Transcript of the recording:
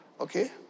Okay